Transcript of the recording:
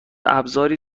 ابرازی